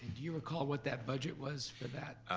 do you recall what that budget was for that?